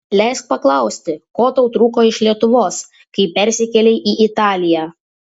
leisk paklausti ko tau trūko iš lietuvos kai persikėlei į italiją